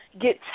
get